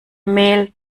mehl